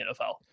nfl